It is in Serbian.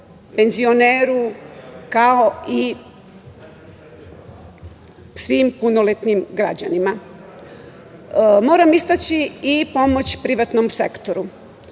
penzioneru, kao i svim punoletnim građanima. Moram istaći i pomoć privatnom sektoru.